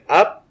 up